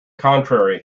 contrary